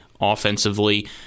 offensively